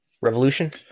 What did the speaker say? Revolution